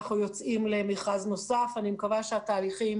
אנחנו יוצאים למכרז נוסף ואני מקווה שהתהליכים